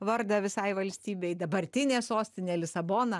vardą visai valstybei dabartinė sostinė lisabona